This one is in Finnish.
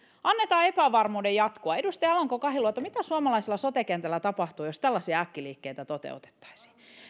annetaan epävarmuuden jatkua edustaja alanko kahiluoto mitä suomalaisella sote kentällä tapahtuu jos tällaisia äkkiliikkeitä toteutettaisiin